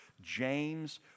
James